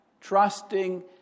trusting